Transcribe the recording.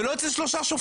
ולא אצל שלושה שופטים,